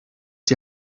die